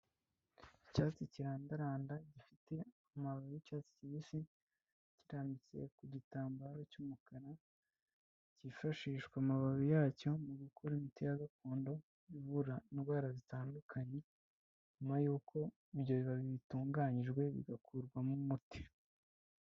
Icyatsi kirandaranda gifite akamaro n'icyatsi kibisi kirambitse ku gitambaro cy'umukara cyifashishwa amababi yacyo mu gukora imiti gakondo ivura indwara zitandukanye nyuma y'uko ibyo bibabi bitunganyijwe bigakurwamo umuti.